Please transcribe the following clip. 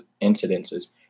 incidences